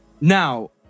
Now